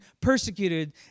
persecuted